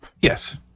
yes